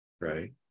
Right